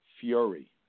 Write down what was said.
Fury